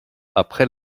après